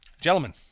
gentlemen